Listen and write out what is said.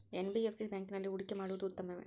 NBFC ಬ್ಯಾಂಕಿನಲ್ಲಿ ಹೂಡಿಕೆ ಮಾಡುವುದು ಉತ್ತಮವೆ?